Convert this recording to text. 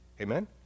Amen